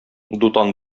дутан